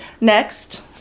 next